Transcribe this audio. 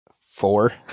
four